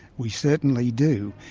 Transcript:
we certainly do,